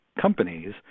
companies